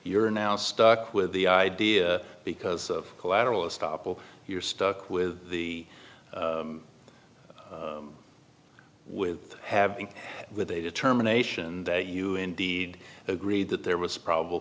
you're now stuck with the idea because of collateral estoppel you're stuck with the with having with a determination that you indeed agreed that there was probable